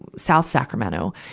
south sacramento,